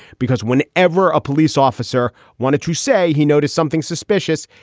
because when ever a police officer wanted to say he noticed something suspicious,